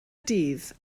dydd